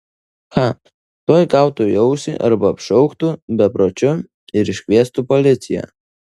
cha tuoj gautų į ausį arba apšauktų bepročiu ir iškviestų policiją